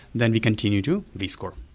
then we continue to rescore.